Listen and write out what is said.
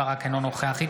אינו נוכח מירב בן ארי,